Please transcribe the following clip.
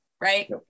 right